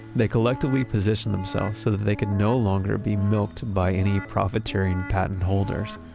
they collectively positioned themselves so that they could no longer be milked by any profiteering patent-holders.